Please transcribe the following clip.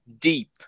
deep